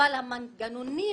אבל המנגנונים